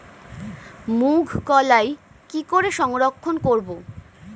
মুঘ কলাই কি করে সংরক্ষণ করব?